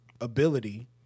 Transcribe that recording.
ability